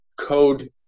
code